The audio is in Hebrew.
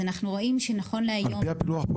אנחנו רואים שנכון להיום --- על פי הפילוח פה